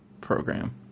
program